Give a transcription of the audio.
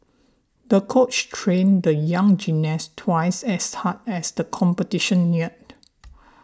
the coach trained the young gymnast twice as hard as the competition neared